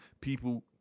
people